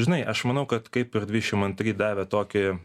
žinai aš manau kad kaip ir dvidešimt antri davė tokį